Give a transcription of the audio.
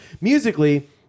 Musically